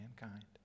mankind